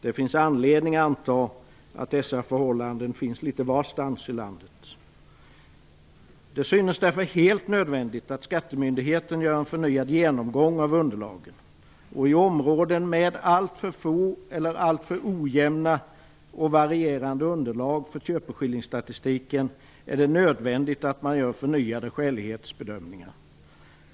Det finns anledning att anta att dessa förhållanden finns litet varstans i landet. Det synes därför helt nödvändigt att skattemyndigheten gör en förnyad genomgång av underlagen, och i områden med alltför få eller alltför ojämna och varierande underlag för köpeskillingsstatistiken är det nödvändigt att man gör förnyade skälighetsbedömningar.